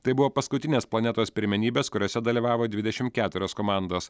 tai buvo paskutinės planetos pirmenybės kuriose dalyvavo dvidešimt keturios komandos